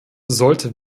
sollte